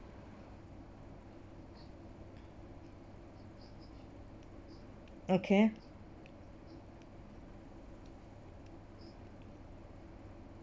okay